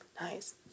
Nice